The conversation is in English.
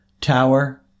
tower